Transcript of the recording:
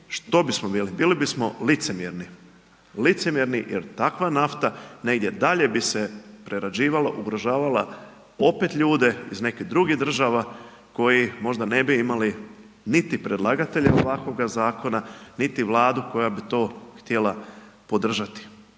što bismo bili? Bili bismo licemjerni, licemjerni jer takva nafta negdje dalje bi se prerađivala, ugrožavala opet ljude iz nekih drugih država koji možda ne bi imali niti predlagatelja ovakvoga zakona niti Vladu koja bi to htjela podržati